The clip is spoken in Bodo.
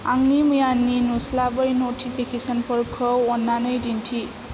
आंनि मैयानि नुस्लाबै नटिफिकेसनफोरखौ अन्नानै दिन्थि